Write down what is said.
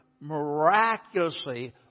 miraculously